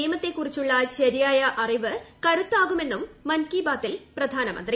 നിയമത്തെ കുറിച്ചുള്ള ശരിയായ അറിവ് കരുത്താകുമെന്നും മൻ കി ബാതിൽ പ്രധാനമന്ത്രി